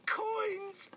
coins